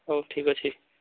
ହଉ ଠିକ୍ ଅଛି